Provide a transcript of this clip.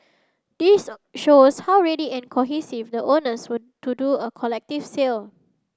this shows how ready and cohesive the owners were to do a collective sale